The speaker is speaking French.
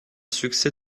succès